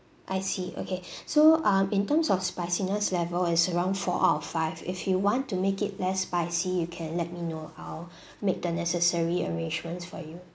I see okay so um in terms of spiciness level it's around four out of five if you want to make it less spicy you can let me know I'll make the necessary arrangements for you